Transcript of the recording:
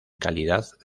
calidad